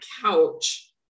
couch